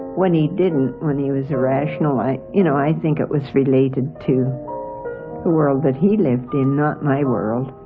when he didn't when he was irrational i you know i think it was related to the world that he lived in, not my world.